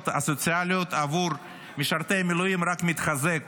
הסוציאליות עבור משרתי המילואים רק מתחזק